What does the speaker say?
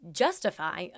justify